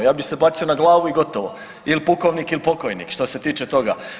Ja bih se bacio na glavu i gotovo ili pukovnik ili pokojnik što se tiče toga.